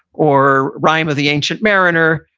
or rhyme of the ancient mariner,